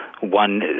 one